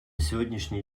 сегодняшний